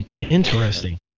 Interesting